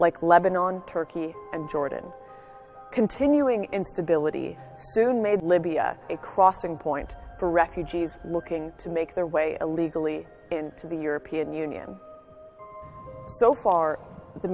like lebanon turkey and jordan continuing instability soon made libya a crossing point for refugees looking to make their way illegally into the european union so far the